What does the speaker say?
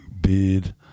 Beard